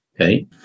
Okay